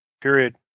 period